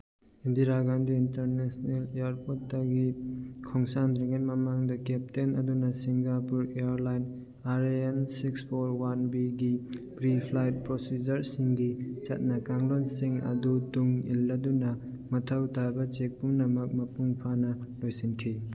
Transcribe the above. Indira Gandhi international ꯏꯌꯔꯄꯣꯔꯠꯇꯒꯤ ꯈꯣꯡꯁꯥꯟꯗ꯭ꯔꯤꯉꯩ ꯃꯃꯥꯡꯗ ꯀꯦꯞꯇꯦꯟ ꯑꯗꯨꯅ Singapore airline R A M six four one ꯕꯤꯒꯤ ꯄ꯭ꯔꯤ ꯐ꯭ꯂꯥꯏꯠ ꯄ꯭ꯔꯣꯁꯦꯖꯔꯁꯤꯡꯒꯤ ꯆꯠꯅ ꯀꯥꯡꯂꯣꯟꯁꯤꯡ ꯑꯗꯨ ꯇꯨꯡ ꯏꯜꯂꯗꯨꯅ ꯃꯊꯧ ꯇꯥꯕ ꯆꯦꯛ ꯄꯨꯝꯅꯃꯛ ꯃꯄꯨꯡ ꯐꯥꯅ ꯂꯣꯏꯁꯤꯟꯈꯤ